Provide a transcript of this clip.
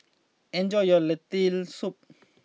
enjoy your Lentil Soup